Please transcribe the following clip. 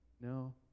no